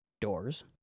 doors